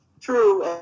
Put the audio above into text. true